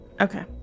Okay